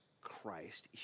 Christ